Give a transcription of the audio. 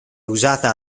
usata